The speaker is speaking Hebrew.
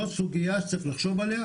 זו סוגייה שצריך לחשוב עליה,